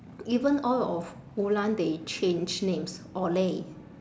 even all of they change names olay